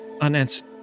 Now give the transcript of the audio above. unanswered